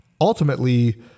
ultimately